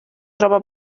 troba